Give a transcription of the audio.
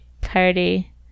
party